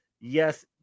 yes